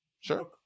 Sure